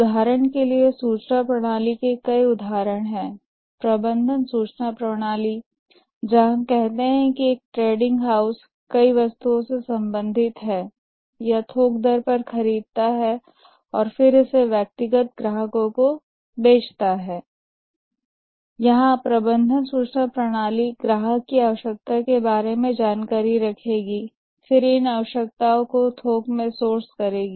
उदाहरण के लिए सूचना प्रणाली के कई उदाहरण हैं प्रबंधन सूचना प्रणाली जहां हम कहते हैं कि एक ट्रेडिंग हाउस कई वस्तुओं से संबंधित है यह थोक दर पर खरीदता है और फिर इसे व्यक्तिगत ग्राहकों को बेचता है यहां प्रबंधन सूचना प्रणाली ग्राहक की आवश्यकता के बारे में जानकारी रखेगी फिर इन आवश्यकताओं को थोक में सोर्स करेगी